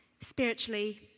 Spiritually